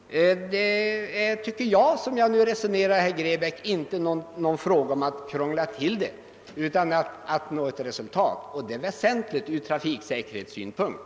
Detta är inte att krångla till saken, herr Grebäck, utan det är ett försök att nå ett resultat som är väsentligt ut trafiksäkerhetssynpunkt.